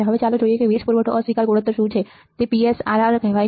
હવે ચાલો જોઈએ કે વીજ પૂરવઠો અસ્વીકાર ગુણોત્તર શું છે તેને PSRR કહેવાય છે